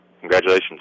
congratulations